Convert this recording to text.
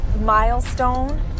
milestone